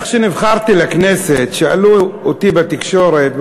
כשנבחרתי לכנסת שאלו אותי בתקשורת,